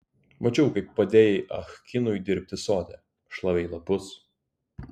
mačiau kaip padėjai ah kinui dirbti sode šlavei lapus